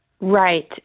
Right